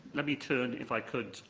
let me turn, if i could,